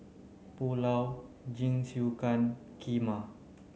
Pulao Jingisukan Kheema